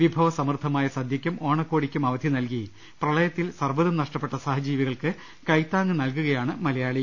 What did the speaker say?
വിഭവ സമൃദ്ധമായ സദ്യക്കും ഓണക്കോടിക്കും അവധി നൽകി പ്രള യത്തിൽ സർവതും നഷ്ടപ്പെട്ട സഹജീവികൾക്ക് കൈത്താഹ് നൽകു കയാമ് മലയാളി